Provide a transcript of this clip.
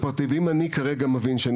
מדובר פה בשוק פרטי ואם אני כרגע מבין שאני